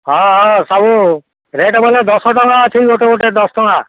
ହଁ ହଁ ସବୁ ରେଟ୍ ବୋଲେ ଦଶ ଟଙ୍କା ଅଛି ଗୋଟେ ଗୋଟେ ଦଶ ଟଙ୍କା